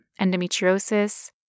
endometriosis